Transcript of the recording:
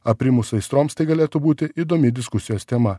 aprimus aistroms tai galėtų būti įdomi diskusijos tema